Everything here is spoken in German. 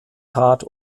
bekannt